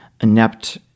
inept